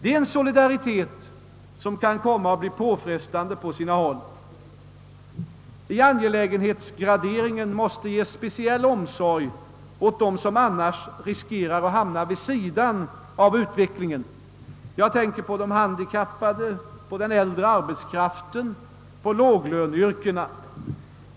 Det är en solidaritet som kan komma att bli påfrestande på sina håll. Vid angelägenhetsgraderingen måste speciell omsorg ägnas åt dem som annars riskerar att hamna vid sidan om utvecklingen. Jag tänker på de handikappade, på den äldre arbetskraften, på dem som arbetar inom låglöneyrkena.